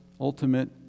ultimate